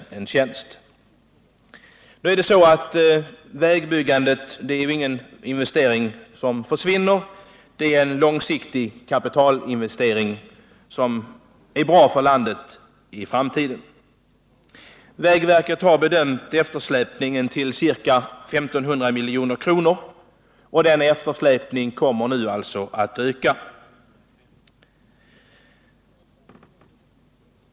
Att investera i vägbyggande innebär inte en investering som försvinner, utan det är en långsiktig kapitalinvestering som är bra för landet i framtiden. Vägverket har bedömt att man har en eftersläpning motsvarande ca 1 500 milj.kr. Denna eftersläpning kommer alltså nu att öka.